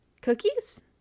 Cookies